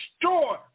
destroy